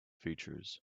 features